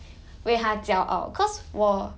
为她骄傲 cause 我